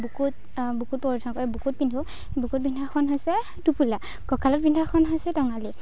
বুকুত বুকুত পৰিধান কৰে বুকুত পিন্ধোঁ বুকুত পিন্ধাখন হৈছে টোপোলা কঁকালত পিন্ধাখন হৈছে টঙালি